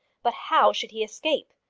but how should he escape?